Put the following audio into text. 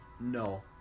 No